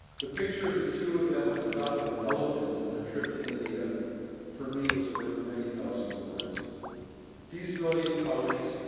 the picture of the two of them on top of an elephant on a trip to india for me was worth many thousands of words these brilliant collegues,